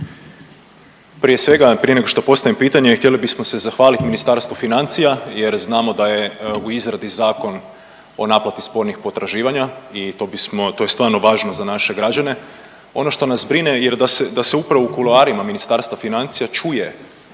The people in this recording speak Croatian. Prije svega, prije nego što postavim pitanje, htjeli bismo se zahvalit Ministarstvu financija jer znamo da je u izradi Zakon o naplati spornih potraživanja i to bismo, to je stvarno važno za naše građane. Ono što nas brine je da, da se upravo u kuloarima Ministarstva financija čuje,